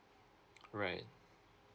right